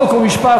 חוק ומשפט,